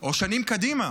או שנים קדימה: